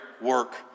work